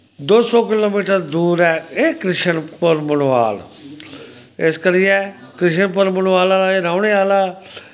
दो सौ kilometre दूर ऐ एह् किशनपुर मनवाल इस करियै किशनपुर मनवाला दा एह् रौह्ने आह्ला ऐ